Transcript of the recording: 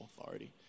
authority